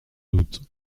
doute